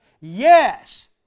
Yes